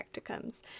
practicums